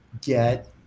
get